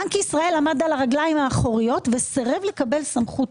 בנק ישראל עמד על הרגליים האחוריות וסירב לקבל סמכות,